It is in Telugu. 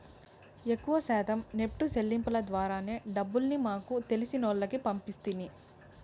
ఎక్కవ శాతం నెప్టు సెల్లింపుల ద్వారానే డబ్బుల్ని మాకు తెలిసినోల్లకి పంపిస్తిని